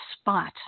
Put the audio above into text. spot